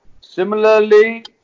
Similarly